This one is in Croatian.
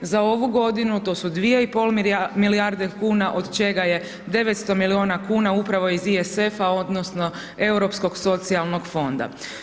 Za ovu godinu to su 2,5 milijarde kuna od čega je 900 milijuna kuna upravo iz DSF-a odnosno europskog socijalnog fonda.